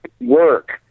work